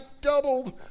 doubled